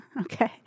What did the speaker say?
Okay